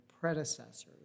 predecessors